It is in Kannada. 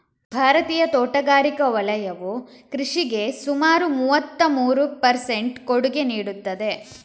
ಭಾರತೀಯ ತೋಟಗಾರಿಕಾ ವಲಯವು ಕೃಷಿಗೆ ಸುಮಾರು ಮೂವತ್ತಮೂರು ಪರ್ ಸೆಂಟ್ ಕೊಡುಗೆ ನೀಡುತ್ತದೆ